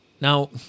Now